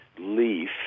leaf